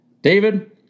David